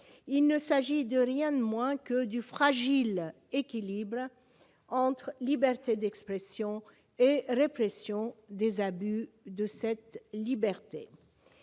Il ne s'agit de rien de moins que du fragile équilibre entre liberté d'expression et répression des abus de cette liberté.